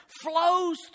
flows